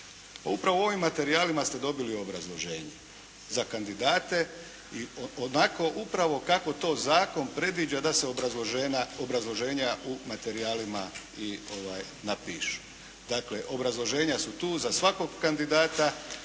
Upravo u ovim materijalima ste dobili obrazloženje, za kandidate i onako upravo kako to zakon predviđa da se obrazloženja u materijalima i napišu. Dakle, obrazloženja su tu za svakog kandidata